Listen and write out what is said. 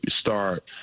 start